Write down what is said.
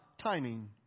timing